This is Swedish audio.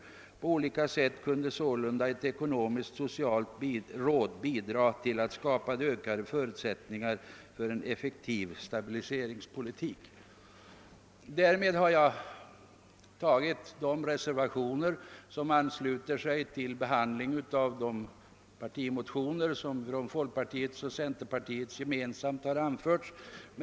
På olika sätt kunde sålunde ett ekonomisk-socialt råd bidra till att skapa ökade förutsättningar för en effektiv stabiliseringspolitik.» Därmed har jag gått igenom de reservationer som sammanhänger med behandlingen av de gemensamma partimotionerna från folkpartiet och centerpartiet.